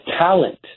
talent